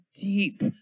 deep